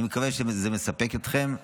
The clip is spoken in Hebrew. אני מקווה שזה מספק אתכם.